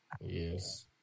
yes